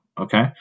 Okay